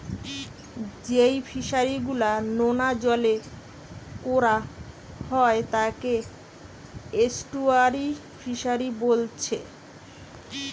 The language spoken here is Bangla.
যেই ফিশারি গুলা নোনা জলে কোরা হয় তাকে এস্টুয়ারই ফিসারী বোলছে